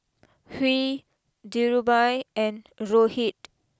Hri Dhirubhai and Rohit